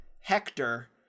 hector